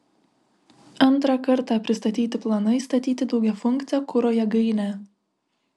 antrą kartą pristatyti planai statyti daugiafunkcę kuro jėgainę